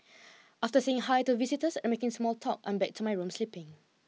after saying hi to visitors and making small talk I'm back to my room sleeping